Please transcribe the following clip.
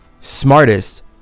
smartest